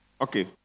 Okay